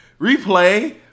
Replay